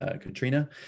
Katrina